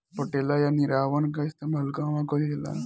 पटेला या निरावन का इस्तेमाल कहवा कइल जाला?